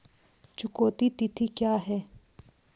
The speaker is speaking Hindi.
चुकौती तिथि क्या है?